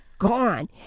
gone